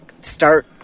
start